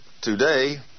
today